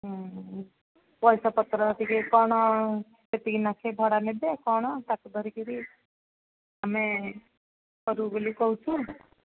ହଁ ପଇସା ପତ୍ର ଟିକେ କ'ଣ କେତିକି ନାଖେ ଭଡ଼ା ନେବେ କ'ଣ ତାକୁ ଧରିକିରି ଆମେ କରିବୁ ବୋଲି କହୁଛୁ